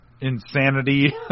insanity